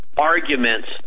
arguments